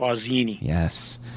Yes